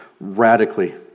radically